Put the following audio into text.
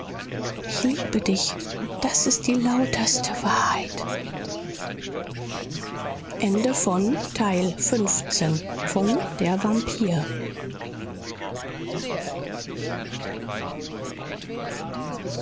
ich liebe dich das ist die lauterste wahrheit